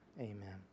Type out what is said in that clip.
Amen